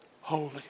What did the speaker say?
holy